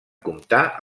comptar